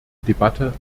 debatte